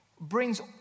brings